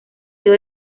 sido